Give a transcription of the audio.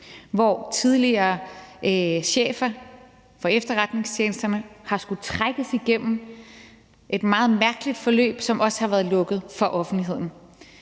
hvor tidligere chefer for efterretningstjenesterne har skullet trækkes igennem et meget mærkeligt forløb, som også har været lukket for offentligheden.